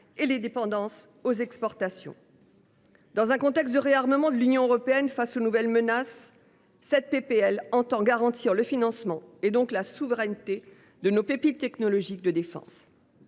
et la dépendance aux exportations. Dans un contexte de réarmement de l’Union européenne face aux nouvelles menaces, les auteurs de la proposition de loi entendent garantir le financement, et donc la souveraineté, de nos pépites technologiques de défense.